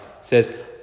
says